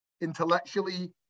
intellectually